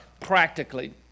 practically